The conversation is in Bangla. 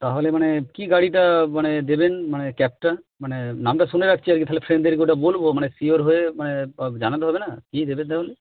তাহলে মানে কী গাড়িটা মানে দেবেন মানে ক্যাবটা মানে নামটা শুনে রাখছি আর কি তাহলে ফ্রেন্ডদেরকে ওটা বলব মানে শিওর হয়ে মানে জানাতে হবে না কী দেবেন তাহলে